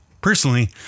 Personally